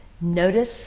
notice